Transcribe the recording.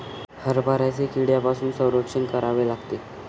हरभऱ्याचे कीड्यांपासून संरक्षण करावे लागते